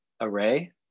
array